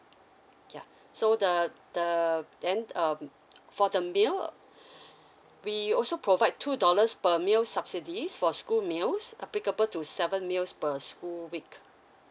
yeah so the the then um for the meal we also provide two dollars per meal subsidies for school meals applicable to seven meals per school week